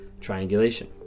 triangulation